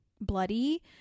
bloody